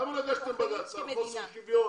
למה לא הגשתם בג"צ על חוסר שוויון?